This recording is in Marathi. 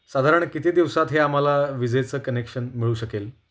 साधारण किती दिवसात हे आम्हाला विजेचं कनेक्शन मिळू शकेल